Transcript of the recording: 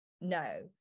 no